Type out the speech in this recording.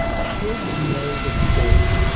kids know the score.